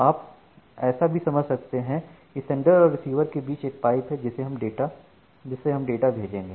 आप ऐसा भी समझ सकते हैं की सेंडर और रिसीवर के बीच एक पाइप है जिससे हम डाटा भेजेंगे